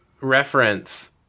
reference